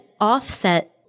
offset